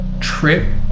trip